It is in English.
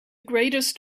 greatest